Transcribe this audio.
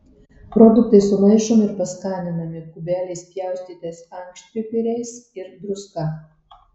produktai sumaišomi ir paskaninami kubeliais pjaustytais ankštpipiriais ir druska